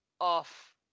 off